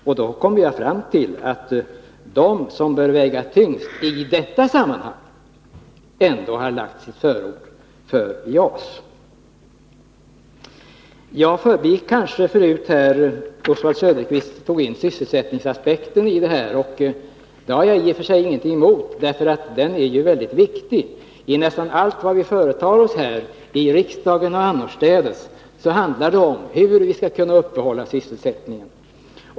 Och då har jag kommit fram till att de som i detta sammanhang bör väga tyngst ändå har förordat JAS. Oswald Söderqvist tog upp sysselsättningsaspekten. Det har jag i och för sig ingenting emot, för den är väldigt viktig. I nästan allt vad vi företar oss i riksdagen och annorstädes handlar det om hur vi skall kunna hålla uppe sysselsättningen.